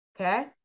okay